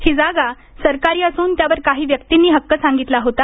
ही जागा सरकारी असून त्यावर काही व्यक्तींनी हक्क सांगितला होता